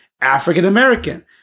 African-American